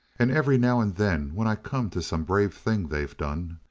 and every now and then when i come to some brave thing they've done,